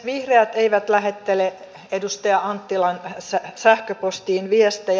vihreät eivät lähettele edustaja anttilan sähköpostiin viestejä